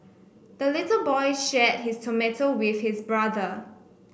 the little boy shared his tomato with his brother